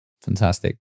Fantastic